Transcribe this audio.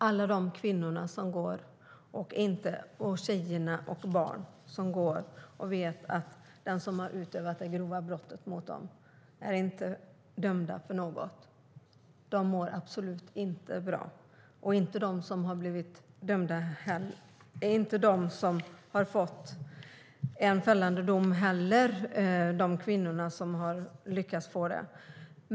Dessa utsatta kvinnor, tjejer och barn vet att den som har utövat det grova brottet mot dem är inte dömd för något. De mår absolut inte bra, och inte heller de kvinnor vars anmälan har lett till fällande dom.